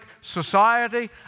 society